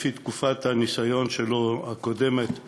לפי תקופת הניסיון הקודמת שלו,